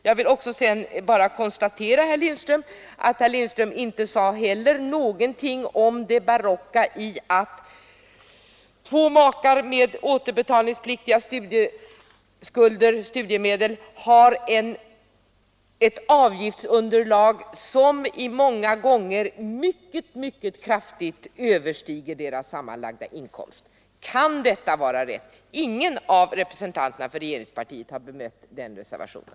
Jag vill sedan bara konstatera att herr Lindström inte heller sade någonting om det barocka i att två makar med återbetalningspliktiga studiemedel har ett avgiftsunderlag som många gånger kraftigt överstiger deras sammanlagda inkomster. Kan detta vara rätt? Ingen av representanterna för regeringspartiet har bemött den reservationen.